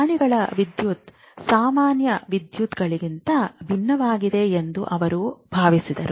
ಪ್ರಾಣಿಗಳ ವಿದ್ಯುತ್ ಸಾಮಾನ್ಯ ವಿದ್ಯುತ್ಗಿಂತ ಭಿನ್ನವಾಗಿದೆ ಎಂದು ಅವರು ಭಾವಿಸಿದರು